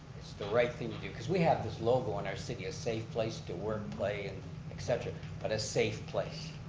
it's the right thing to do. cause we have this logo in our city, a safe place to work, play and et cetera. but a safe place.